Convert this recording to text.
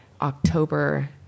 October